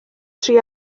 tri